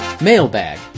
Mailbag